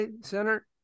Center